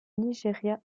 nigeria